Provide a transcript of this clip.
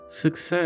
Success